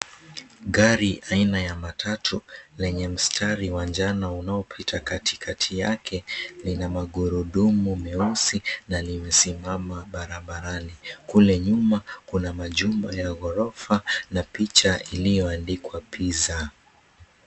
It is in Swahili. Gari aina ya matatu lenye mstari wa njano unaopita katikati yake lina magurudumu meusi na limesimama barabarani. Kule nyuma kuna majumba ya ghorofa na picha iliyoandikwa pizza .